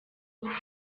buryo